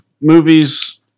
movies